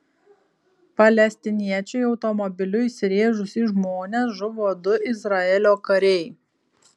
palestiniečiui automobiliu įsirėžus į žmonės žuvo du izraelio kariai